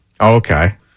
Okay